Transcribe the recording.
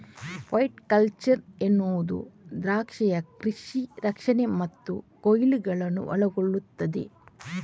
viticulture ಎನ್ನುವುದು ದ್ರಾಕ್ಷಿಯ ಕೃಷಿ ರಕ್ಷಣೆ ಮತ್ತು ಕೊಯ್ಲುಗಳನ್ನು ಒಳಗೊಳ್ಳುತ್ತದೆ